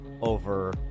over